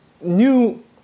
new